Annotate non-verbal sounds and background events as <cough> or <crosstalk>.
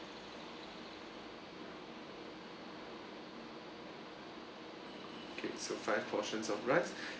okay so five portions of rice <breath>